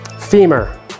femur